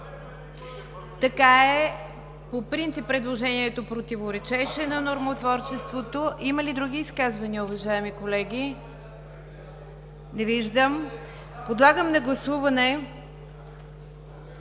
Така е, по принцип предложението противоречеше на нормотворчеството. Има ли други изказвания, уважаеми колеги? Не виждам. Подлагам на гласуване